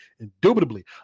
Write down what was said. indubitably